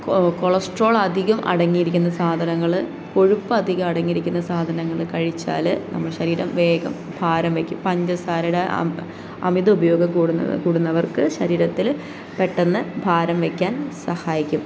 cholesterol അധികം അടങ്ങിയിരിക്കുന്ന സാധനങ്ങൾ കൊഴുപ്പ് അധികം അടങ്ങിയിരിക്കുന്ന സാധനങ്ങൾ കഴിച്ചാൽ നമ്മൾ ശരീരം വേഗം ഭാരം വെക്കും പഞ്ചസാരയുടെ അമിത ഉപയോഗം കൂടുന്നവർക്ക് ശരീരത്തിൽ പെട്ടെന്ന് ഭാരം വെക്കാൻ സഹായിക്കും